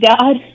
God